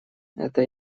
это